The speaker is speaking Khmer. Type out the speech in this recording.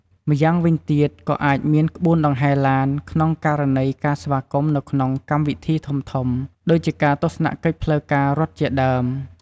ម្យ៉ាងវិញទៀត ក៏អាចមានក្បួនដង្ហែឡាន ក្នុងករណីការស្វាគមន៍នៅក្នុងកម្មវិធីធំៗ ដូចជាការទស្សនកិច្ចផ្លូវការរដ្ឋជាដើម។